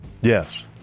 Yes